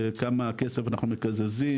כמה כסף אנחנו מקזזים,